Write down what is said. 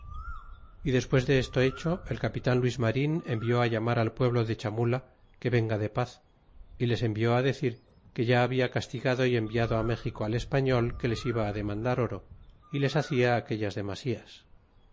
y despues de esto hecho el capitan luis marin envió llamar al pueblo de chamula que venga de paz é les envió decir que ya había castigado y enviado méxico al español que les iba demandar oro y les hacia aquellas demasías